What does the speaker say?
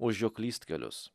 už jo klystkelius